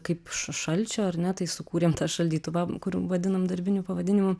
kaip ša šalčio ar ne tai sukūrėm tą šaldytuvą kur vadinam darbiniu pavadinimu